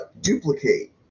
Duplicate